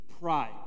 Pride